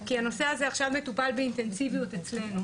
כי הנושא הזה עכשיו מטופל באינטנסיביות אצלנו.